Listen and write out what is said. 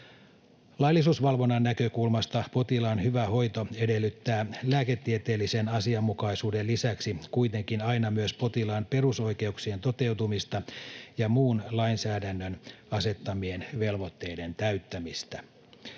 Laillisuusvalvonnan näkökulmasta potilaan hyvä hoito edellyttää lääketieteellisen asianmukaisuuden lisäksi kuitenkin aina myös potilaan perusoikeuksien toteutumista ja muun lainsäädännön asettamien velvoitteiden täyttämistä.